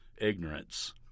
ignorance